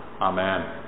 Amen